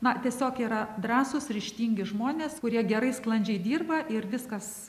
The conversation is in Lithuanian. na tiesiog yra drąsūs ryžtingi žmonės kurie gerai sklandžiai dirba ir viskas